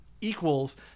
equals